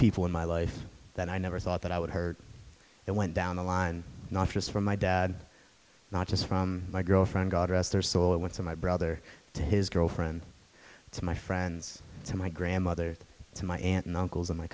people in my life that i never thought that i would hurt and went down the line not just for my dad not just from my girlfriend god rest her soul went to my brother to his girlfriend to my friends to my grandmother to my aunt and uncles and my